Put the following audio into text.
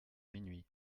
minuit